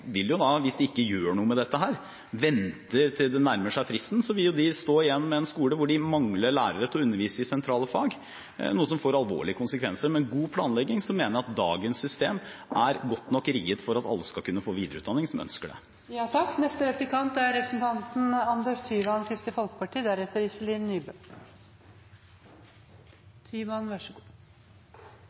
vil, hvis de ikke gjør noe med dette og venter til det nærmer seg fristen, stå igjen med en skole hvor de mangler lærere til å undervise i sentrale fag, noe som får alvorlige konsekvenser – mener jeg at dagens system er godt nok rigget for at alle som ønsker det, skal kunne få